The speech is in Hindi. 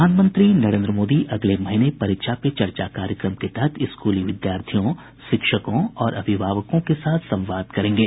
प्रधानमंत्री नरेन्द्र मोदी अगले महीने परीक्षा पे चर्चा कार्यक्रम के तहत स्कूली विद्यार्थियों शिक्षकों और अभिभावकों के साथ संवाद करेंगे